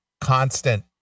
constant